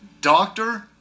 Doctor